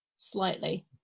slightly